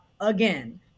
again